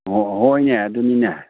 ꯍꯣꯏꯅꯦ ꯑꯗꯨꯅꯤꯅꯦ